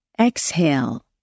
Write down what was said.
Exhale